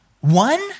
one